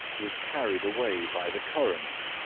was carried away by the current,